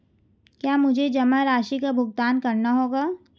क्या मुझे जमा राशि का भुगतान करना होगा?